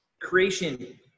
Creation